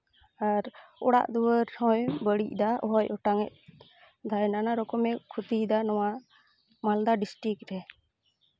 ᱟᱨ ᱚᱲᱟᱜ ᱫᱩᱣᱟᱹᱨ ᱦᱚᱭ ᱵᱟᱹᱲᱤᱡᱫᱟ ᱦᱚᱭ ᱚᱴᱟᱝ ᱮᱫᱟᱭ ᱱᱟᱱᱟ ᱨᱚᱠᱚᱢᱮ ᱠᱷᱚᱛᱤᱭᱮᱫᱟ ᱱᱚᱣᱟ ᱢᱟᱞᱫᱟ ᱰᱤᱥᱴᱤᱠ ᱨᱮ